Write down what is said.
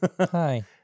Hi